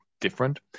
different